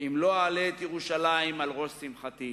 אם לא אעלה את ירושלים על ראש שמחתי.